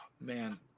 man